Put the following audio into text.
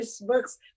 books